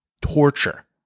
torture